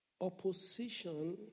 opposition